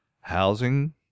housing